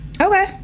Okay